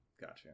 gotcha